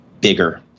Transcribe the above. bigger